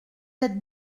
êtes